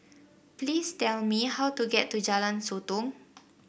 please tell me how to get to Jalan Sotong